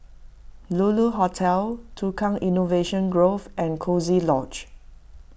Lulu Hotel Tukang Innovation Grove and Coziee Lodge